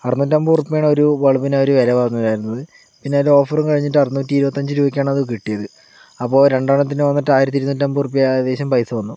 അറുന്നൂറ്റമ്പത് ഉറുപ്പിക ആണ് ഒരു ബൾബിന് അവർ വില പറഞ്ഞിട്ടുണ്ടായിരുന്നത് പിന്നെ അതിൻ്റെ ഓഫറും കഴിഞ്ഞിട്ട് അറുന്നൂറ്റിയിരുപത്തഞ്ച് രൂപയ്ക്കാണ് അത് കിട്ടിയത് അപ്പോൾ രണ്ടെണ്ണത്തിന് വന്നിട്ട് ആയിരത്തിയിരുന്നൂറ്റമ്പത് ഉറുപ്പിക ഏകദേശം പൈസ വന്നു